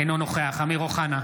אינו נוכח אמיר אוחנה,